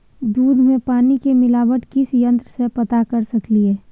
दूध में पानी के मिलावट किस यंत्र से पता कर सकलिए?